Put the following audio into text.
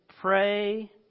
pray